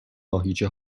ماهیچه